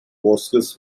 vosges